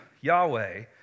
Yahweh